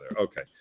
okay